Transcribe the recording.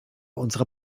unserer